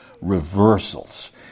reversals